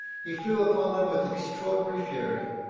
he flew upon them with extraordinary fury,